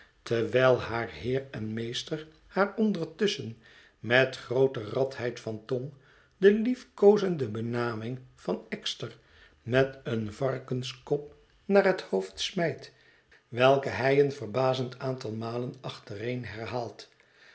terwijl haar heer en meester haar ondertusschen met groote radheid van tong de liefkoozende benaming van ekster met een varkenskop naar het hoofd smijt welke hij een verbazend aantal malen achtereen herhaalt